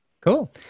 Cool